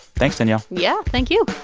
thanks, danielle yeah, thank you